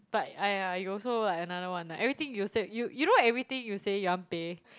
but !aiya! you also like another one ah everything you say you you know everything you say you want pay